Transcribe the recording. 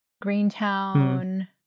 Greentown